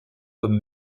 comme